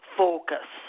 focus